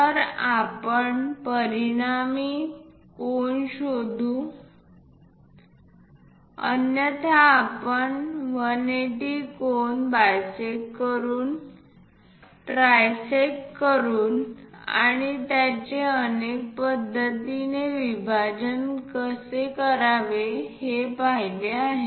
तर आपण परिणामी कोन शोधू शकतो अन्यथा आपण 180° कोन बायसेक्ट करून ट्रायसेक्टर करून आणि असेच अनेक पद्धतीने विभाजित कसे करावे हे पाहिले आहे